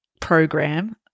program